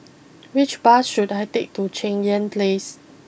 which bus should I take to Cheng Yan place